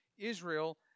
Israel